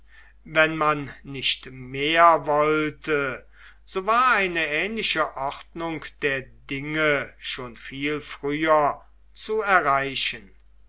wenn man nicht mehr wollte so war eine ähnliche ordnung der dinge schon viel früher zu erreichen